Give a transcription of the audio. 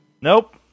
Nope